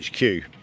HQ